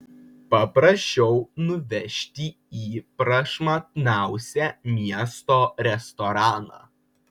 paprašiau nuvežti į prašmatniausią miesto restoraną